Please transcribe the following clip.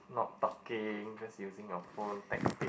not talking just using your phone texting